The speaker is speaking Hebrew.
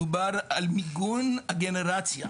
מדובר על מיגון הגנרציה.